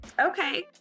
Okay